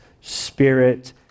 spirit